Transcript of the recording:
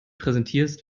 präsentierst